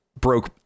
broke